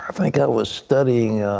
i was studying